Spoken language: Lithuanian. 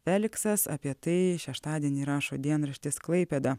feliksas apie tai šeštadienį rašo dienraštis klaipėda